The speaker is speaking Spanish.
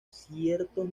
ciertos